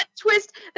twist